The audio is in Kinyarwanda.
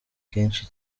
kenshi